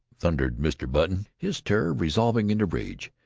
thundered mr. button, his terror resolving into rage.